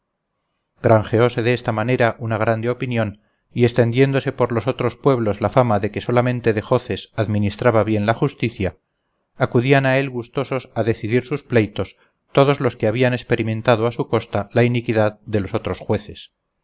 mando granjeóse de esta manera una grande opinión y extendiéndose por los otros pueblos la fama de que solamente dejoces administraba bien la justicia acudían a él gustosos a decidir sus pleitos todos los que habían experimentado a su costa la iniquidad de los otros jueces